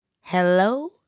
Hello